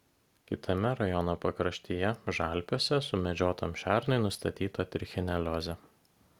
kitame rajono pakraštyje žalpiuose sumedžiotam šernui nustatyta trichineliozė